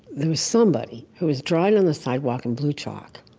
there was somebody who was drawing on the sidewalk in blue chalk,